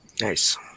Nice